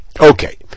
Okay